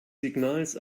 signals